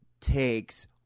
takes